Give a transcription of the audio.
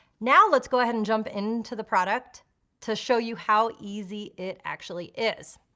now let's go ahead and jump into the product to show you how easy it actually is.